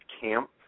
camp